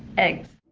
eggs.